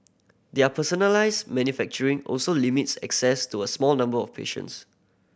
their personalised manufacturing also limits access to a small number of patients